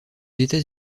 états